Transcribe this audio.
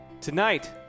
Tonight